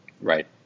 Right